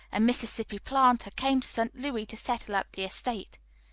a mississippi planter, came to st. louis to settle up the estate.